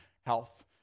health